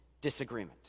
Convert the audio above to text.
disagreement